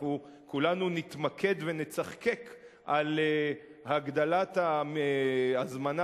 כולנו נתמקד ונצחקק על הגדלת ההזמנה